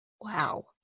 Wow